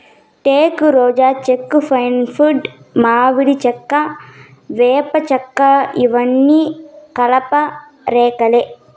టేకు, రోజా చెక్క, ఫ్లైవుడ్, మామిడి చెక్క, వేప చెక్కఇవన్నీ కలప రకాలే